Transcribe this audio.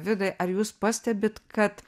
vidai ar jūs pastebit kad